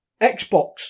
Xbox